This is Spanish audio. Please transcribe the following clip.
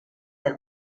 del